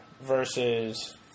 versus